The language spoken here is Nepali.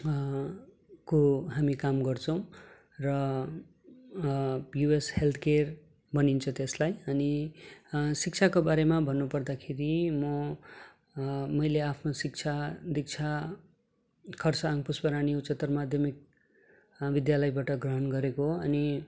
को हामी काम गर्छौँ र युएस हेल्थ केयर भनिन्छ त्यसलाई अनि शिक्षाको बारेमा भन्नु पर्दाखेरि म मैले आफ्नो शिक्षा दीक्षा खर्साङ पुष्परानी उच्चत्तर माध्यमिक विद्यालयबाट ग्रहण गरेको हो अनि